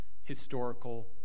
historical